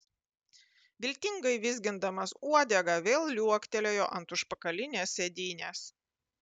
viltingai vizgindamas uodegą vėl liuoktelėjo ant užpakalinės sėdynės